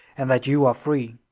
and that you are free.